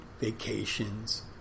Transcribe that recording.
vacations